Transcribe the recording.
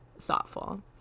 thoughtful